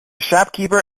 shopkeeper